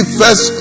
first